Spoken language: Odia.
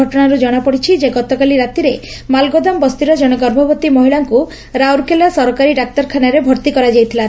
ଘଟଶାରୁ ଜଣାପଡିଛି ଯେ ଗତକାଲି ରାତିରେ ମାଲଗୋଦାମ ବ୍ତିର ଜଣେ ଗଭବତୀ ମହିଳାଙ୍କୁ ରାଉରକେଲା ସରକାରୀ ଡାକ୍ତରଖାନାରେ ଭର୍ଭି କରାଯାଇଥଲା